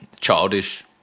Childish